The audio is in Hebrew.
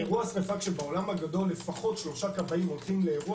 אמרנו שהכבאים שיקלטו בעקבות אלה שיפרשו נכנסים כבר לתחום הכללי.